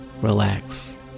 relax